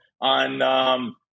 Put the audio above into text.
on –